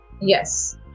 Yes